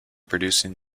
producing